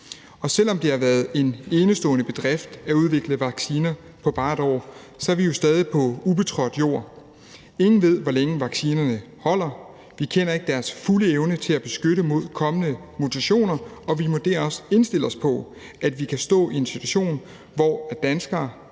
Og selv om det har været en enestående bedrift at udvikle vacciner på bare et år, er vi jo stadig på ubetrådt jord. Ingen ved, hvor længe vaccinerne holder. Vi kender ikke deres fulde evne til at beskytte mod kommende mutationer, og vi må også der indstille os på, at vi kan stå i en situation, hvor danskere